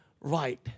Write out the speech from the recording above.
right